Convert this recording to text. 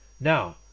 Now